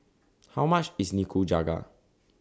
How much IS Nikujaga